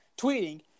tweeting